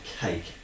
cake